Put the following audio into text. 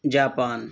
Japan